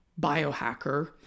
biohacker